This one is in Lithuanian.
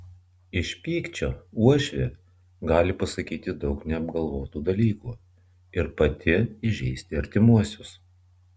iš pykčio uošvė gali pasakyti daug neapgalvotų dalykų ir pati įžeisti artimuosius